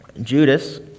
Judas